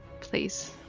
Please